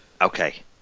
okay